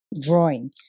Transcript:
drawing